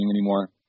anymore